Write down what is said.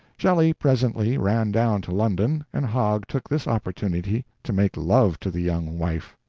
shelley presently ran down to london, and hogg took this opportunity to make love to the young wife.